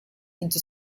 into